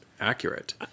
accurate